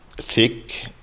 thick